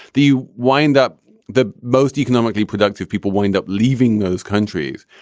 the wind up the most economically productive people wind up leaving those countries.